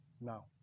Now